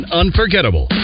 unforgettable